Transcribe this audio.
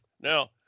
Now